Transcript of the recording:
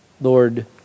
Lord